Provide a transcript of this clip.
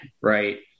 right